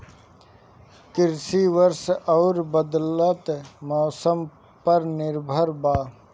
कृषि वर्षा आउर बदलत मौसम पर निर्भर बा